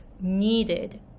needed